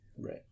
Right